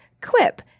Quip